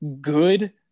good